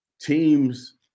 teams